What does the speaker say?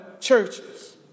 churches